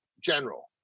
general